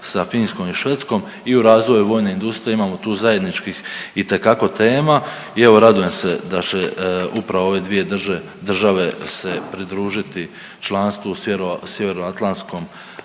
sa Finskom i Švedskom i u razvoju vojne industrije, imamo tu zajedničkih itekako tema i evo radujem se da će upravo ove dvije države se pridružiti članstvu Sjeveroatlantskom